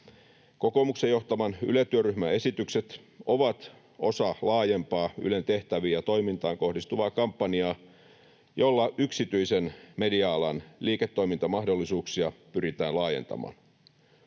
Kokoomuksen johtaman Yle-työryhmän esitykset ovat osa laajempaa Ylen tehtäviin ja toimintaan kohdistuvaa kampanjaa, jolla yksityisen media-alan liiketoimintamahdollisuuksia pyritään laajentamaan.